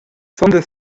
sonda